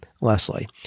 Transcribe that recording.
Leslie